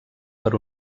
per